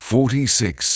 Forty-six